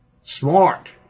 smart